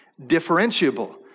differentiable